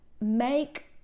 make